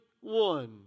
one